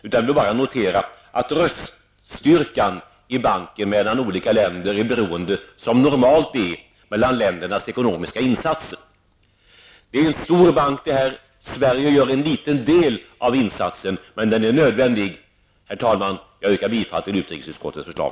Jag noterar bara att röststyrkan mellan olika länder i banken är beroende av, vilket är normalt, ländernas ekonomiska insatser. Det är en stor bank. Sverige gör en liten del av insatsen, men den är nödvändig. Herr talman! Jag yrkar bifall till utrikesutskottets förslag.